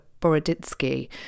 Boroditsky